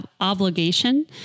obligation